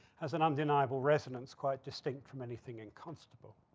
has an undeniable resonance quite distinct from anything in constable.